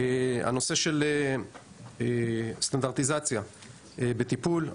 הנושא של סטנדרטיזציה בטיפול.